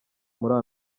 muri